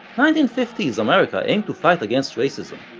nineteen fifty s america aimed to fight against racism,